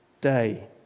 day